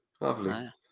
Lovely